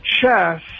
chess